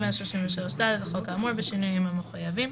133ד לחוק האמור בשינויים המחויבים."